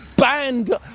banned